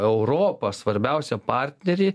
europą svarbiausią partnerį